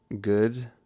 good